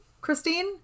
Christine